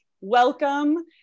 welcome